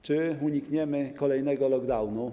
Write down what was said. Czy unikniemy kolejnego lockdownu?